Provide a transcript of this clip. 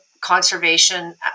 conservation